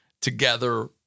together